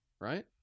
Right